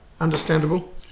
understandable